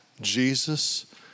Jesus